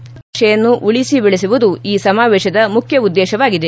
ಸಂಸ್ಟತ ಭಾಷೆಯನ್ನು ಉಳಿಸಿ ಬೆಳೆಸುವುದು ಈ ಸಮಾವೇಶದ ಮುಖ್ಯ ಉದ್ದೇಶವಾಗಿದೆ